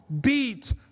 beat